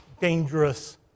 dangerous